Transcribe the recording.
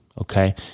Okay